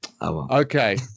Okay